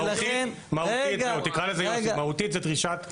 מהותית, תראה לזה יוסי, מהותית זו דרישת שיבוב.